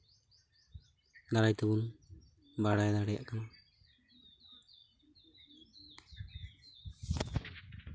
ᱫᱟᱨᱟᱭ ᱛᱮᱵᱚᱱ ᱵᱟᱲᱟᱭ ᱫᱟᱲᱮᱭᱟᱜ ᱠᱟᱱᱟ